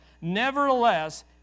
Nevertheless